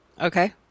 Okay